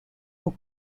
aux